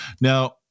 Now